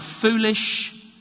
foolish